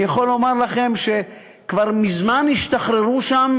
אני יכול לומר לכם שכבר מזמן השתחררו שם